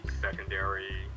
secondary